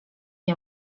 nie